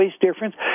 difference